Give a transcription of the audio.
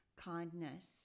kindness